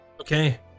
Okay